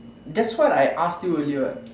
that's why I asked you earlier what